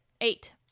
Eight